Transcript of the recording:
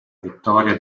vittoria